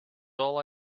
all